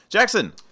Jackson